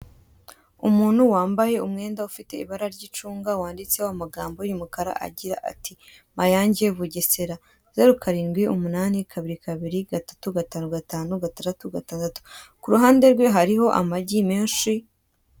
Umuntu wambaye umwenda ufite ibara ry'icunga wanditseho amagambo y'umukara agira ati "Mayange-Bugesera, zeru karindwi umunani kabiri kabiri gatatu gatanu gatanu gatandatu gatandatu" kuruhande rwe hari amagi menshi....